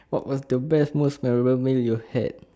what was the best most memorable meal you had